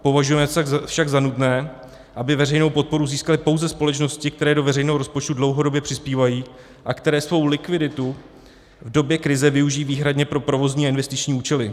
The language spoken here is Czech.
Považujeme však za nutné, aby veřejnou podporu získaly pouze společnosti, které do veřejného rozpočtu dlouhodobě přispívají a které svou likviditu v době krize využijí výhradně pro provozní a investiční účely.